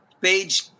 page